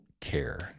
care